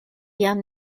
jam